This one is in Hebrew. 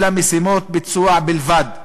אלא משימות ביצועיות בלבד."